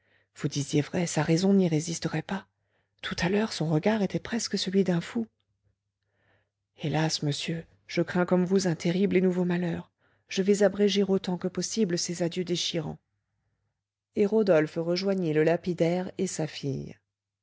vous disiez vrai sa raison n'y résisterait pas tout à l'heure son regard était presque celui d'un fou hélas monsieur je crains comme vous un terrible et nouveau malheur je vais abréger autant que possible ces adieux déchirants et rodolphe rejoignit le lapidaire et sa fille